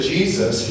Jesus